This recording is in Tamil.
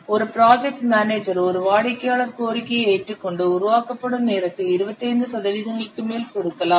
ஒரு ப்ராஜெக்ட் மேனேஜர் ஒரு வாடிக்கையாளர் கோரிக்கையை ஏற்றுக்கொண்டு உருவாக்கப்படும் நேரத்தை 25 சதவீதங்களுக்கு மேல் சுருக்கலாம்